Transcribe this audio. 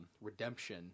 redemption